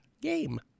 game